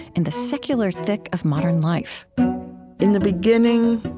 in the secular thick of modern life in the beginning,